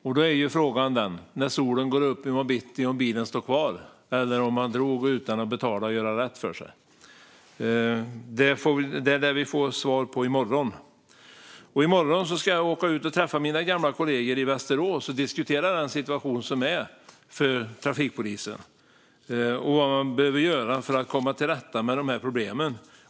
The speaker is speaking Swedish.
Frågan är om bilen står kvar när solen går upp i morgon bitti eller om man drog utan att betala och göra rätt för sig. Det lär vi få svar på i morgon. I morgon ska jag åka ut och träffa mina gamla kollegor i Västerås och diskutera den situation som råder för trafikpolisen och vad man behöver göra för att komma till rätta med de här problemen.